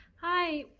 hi,